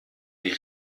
die